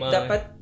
Dapat